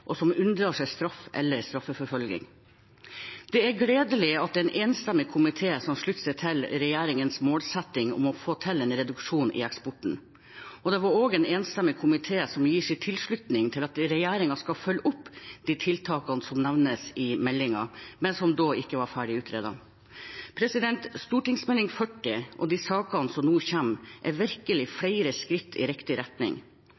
og som unndrar seg straff eller straffeforfølging. Det er gledelig at det er en enstemmig komité som slutter seg til regjeringens målsetting om å få til en reduksjon i eksporten, og det er også en enstemmig komité som gir sin tilslutning til at regjeringen skal følge opp de tiltakene som nevnes i meldingen, men som da den kom, ikke var ferdig utredet. Stortingsmeldingen og de sakene som nå kommer, er virkelig flere skritt i riktig retning.